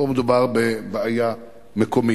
פה מדובר בבעיה מקומית.